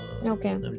Okay